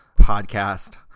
podcast